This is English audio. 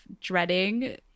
dreading